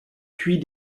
puis